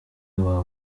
waba